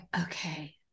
okay